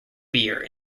beer